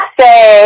say